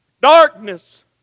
Darkness